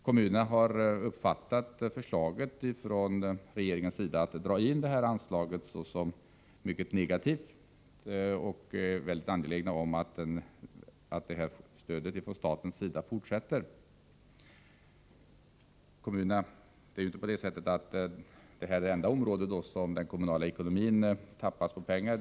Kommunerna har uppfattat regeringens förslag om att dra in detta anslag som mycket negativt, och de är synnerligen angelägna om att stödet från statens sida fortsätter att utgå. Detta är inte det enda område på vilket den kommunala ekonomin tappas på pengar.